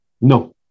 No